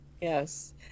Yes